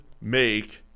make